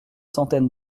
centaine